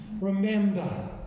Remember